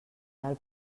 del